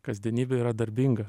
kasdienybė yra darbinga